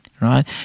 right